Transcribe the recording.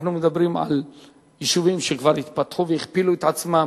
אנחנו מדברים על יישובים שכבר התפתחו והכפילו את עצמם,